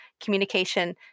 communication